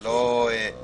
זה לא סמנטיקה,